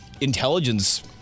intelligence